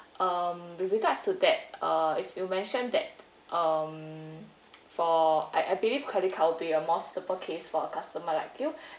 uh with regards to that uh if you mentioned that um for I I believe credit card will be a more suitable case for a customer like you